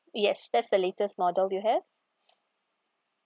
yes that's the latest model you have